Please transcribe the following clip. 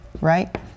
right